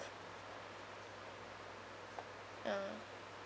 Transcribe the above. ah